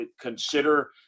consider –